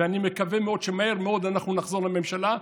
ואני מקווה מאוד שמהר מאוד אנחנו נחזור לממשלה,